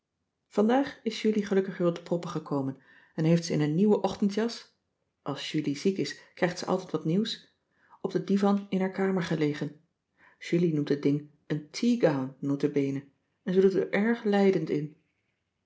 b s tijd van joop ter heul komen en heeft ze in een nieuwe ochtendjas als julie ziek is krijgt ze altijd wat nieuws op den divan in haar kamer gelegen julie noemt het ding een tea gown nota bene en ze doet er erg lijdend in